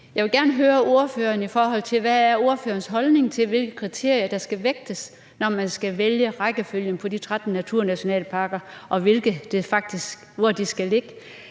Jeg vil gerne høre ordføreren, hvad ordførerens holdning er til, hvilke kriterier der skal vægtes, når man skal vælge rækkefølgen på de 13 naturnationalparker, og hvor de skal ligge: